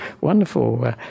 wonderful